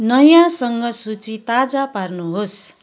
नयाँसँग सूची ताजा पार्नुहोस्